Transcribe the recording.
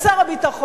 ציפי,